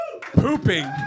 pooping